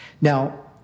Now